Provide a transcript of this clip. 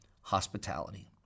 hospitality